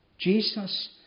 Jesus